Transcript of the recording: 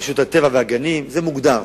רשות הטבע והגנים, זה מוגדר.